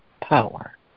power